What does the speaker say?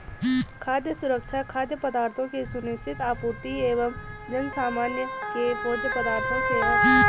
खाद्य सुरक्षा खाद्य पदार्थों की सुनिश्चित आपूर्ति एवं जनसामान्य के भोज्य पदार्थों से है